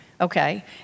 Okay